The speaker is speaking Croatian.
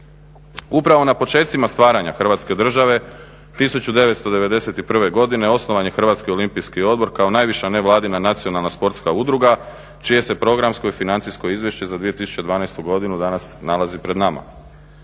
Upravo na počecima stvaranja Hrvatske države, 1991. godine osnovan je Hrvatski olimpijski odbor kao najviša nevladina nacionalna sportska udruga čije se programsko i financijsko izvješće za 2012. godinu danas nalazi pred nama.